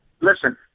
listen